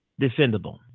defendable